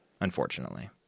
unfortunately